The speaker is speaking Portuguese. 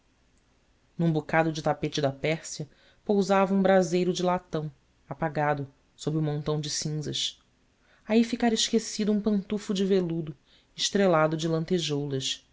num bocado de tapete da pérsia pousava um braseiro de latão apagado sob o montão de cinzas aí ficara esquecido um pantufo de veludo estrelado de lentejoulas